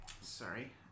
sorry